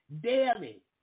daily